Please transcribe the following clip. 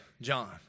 John